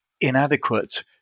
inadequate